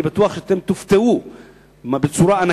אני בטוח שאתם תופתעו מאוד.